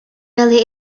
really